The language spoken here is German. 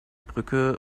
brücke